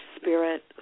spirit